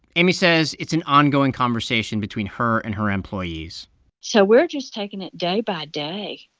amy says it's an ongoing conversation between her and her employees so we're just taking it day by day.